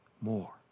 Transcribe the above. more